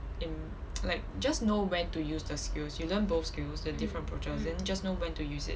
in like just know when to use the skills you learn both skills the different approaches then just know when to use it